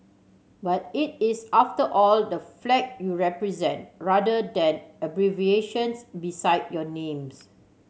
but it is after all the flag you represent rather than abbreviations beside your names